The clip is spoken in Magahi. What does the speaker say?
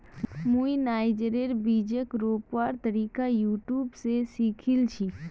मुई नाइजरेर बीजक रोपवार तरीका यूट्यूब स सीखिल छि